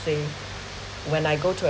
say when I go to